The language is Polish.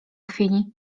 chwili